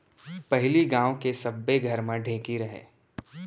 पहिली गांव के सब्बे घर म ढेंकी रहय